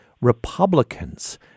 Republicans